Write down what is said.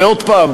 ועוד פעם,